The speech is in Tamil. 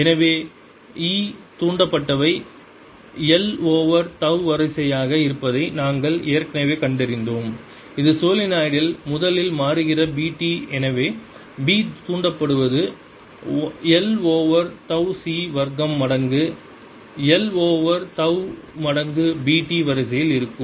எனவே E தூண்டப்பட்டவை l ஓவர் தவ் வரிசையாக இருப்பதை நாங்கள் ஏற்கனவே கண்டறிந்தோம் இது சோலெனாய்டில் முதலில் மாறுகிற Bt எனவே B தூண்டப்படுவது l ஓவர் தவ் C வர்க்கம் மடங்கு l ஓவர் தவ் மடங்கு B t வரிசையில் இருக்கும்